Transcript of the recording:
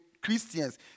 Christians